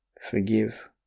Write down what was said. forgive